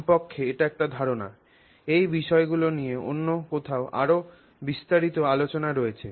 কমপক্ষে একটি ধারণা এই বিষয়গুলি নিয়ে অন্য কোথাও আরও বিস্তারিত আলোচনা রয়েছে